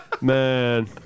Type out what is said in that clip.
Man